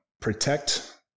protect